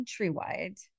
Countrywide